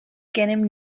gennym